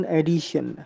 edition